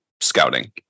scouting